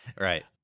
Right